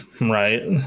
Right